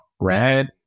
red